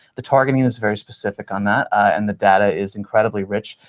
the targeting is very specific on that, and the data is incredibly rich.